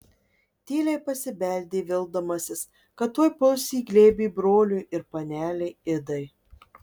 tyliai pasibeldė vildamasis kad tuoj puls į glėbį broliui ir panelei idai